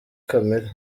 kamere